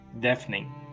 Deafening